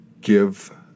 give